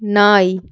நாய்